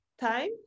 time